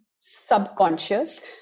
subconscious